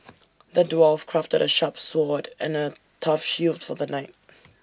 the dwarf crafted A sharp sword and A tough shield for the knight